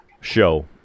show